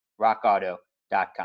Rockauto.com